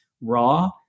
raw